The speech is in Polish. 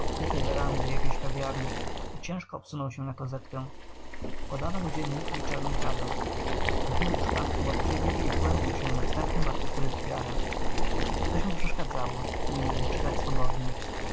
odkrytej werandy jakiejś kawiarni i ciężko obsunął się na kozetkę podano mu dzienniki i czarną kawę wychylił szklankę łapczywie i wgłębił się we wstępnym artykule figara coś mu przeszkadzało nie mógł czytać swobodnie